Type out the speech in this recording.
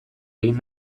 egin